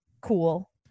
cool